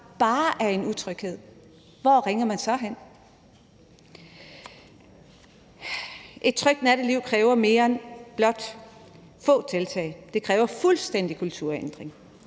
»bare« en utryghed, hvor ringer man så hen? Et trygt natteliv kræver mere end blot få tiltag. Det kræver en fuldstændig kulturændring,